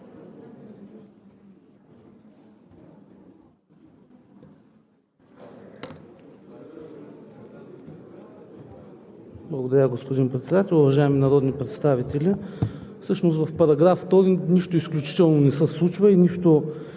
Благодаря, господин Председател. Уважаеми народни представители! Всъщност в § 2 нищо изключително не се случва и нищо